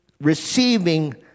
receiving